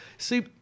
See